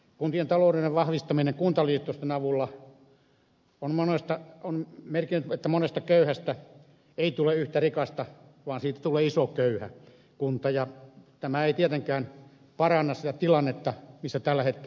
kuntien taloudellinen vahvistaminen kuntaliitosten avulla on merkinnyt että monesta köyhästä kunnasta ei tule yhtä rikasta vaan niistä tulee iso köyhä kunta ja tämä ei tietenkään paranna sitä tilannetta missä tällä hetkellä ollaan